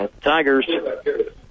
Tigers